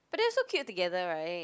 but they're so cute together right